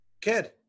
Kid